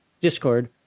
Discord